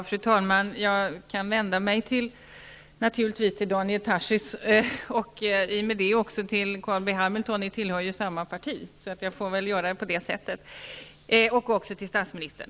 Fru talman! Jag kan naturligtvis vända mig till Daniel Tarschys, och i och med det också till Carl B. Hamilton -- ni tillhör ju samma parti; jag får väl göra på det sättet -- och även till statsministern.